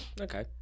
okay